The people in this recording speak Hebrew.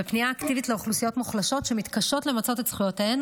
בפנייה אקטיבית לאוכלוסיות מוחלשות שמתקשות למצות את זכויותיהן,